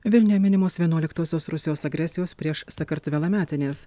vilniuje minimos vienuoliktosios rusijos agresijos prieš sakartvelą metinės